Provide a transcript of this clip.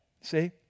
See